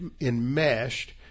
enmeshed